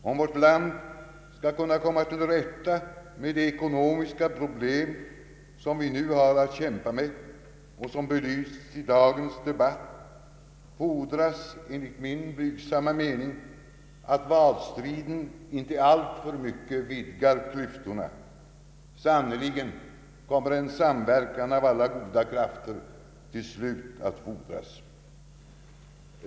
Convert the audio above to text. Om vårt land skall kunna komma till rätta med de ekonomiska problem som vi nu har att kämpa med och som belysts i dagens debatt, fordras enligt min blygsamma mening att valstriden inte alltför mycket vidgar klyftorna. Sannerligen kommer en samverkan av alla goda krafter till slut att fordras.